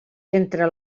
entre